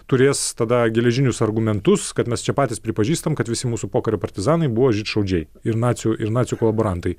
turės tada geležinius argumentus kad mes čia patys pripažįstam kad visi mūsų pokario partizanai buvo žydšaudžiai ir nacių ir nacių kolaborantai